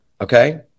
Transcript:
Okay